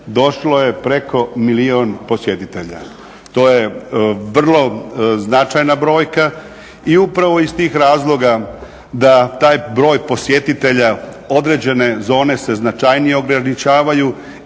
došlo je preko milijun posjetitelja. To je vrlo značajna brojka i upravo iz tih razloga da taj broj posjetitelja određene zone se značajnije ograničavaju